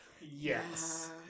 Yes